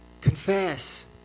Confess